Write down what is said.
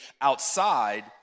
outside